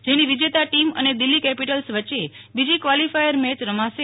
જેની વિજેતા ટિમ અને દિલ્જી કેપિટલ્સ વચ્ચે બીજી કવાલીફાયર મેચ રમાશે